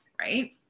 right